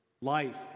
life